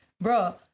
bro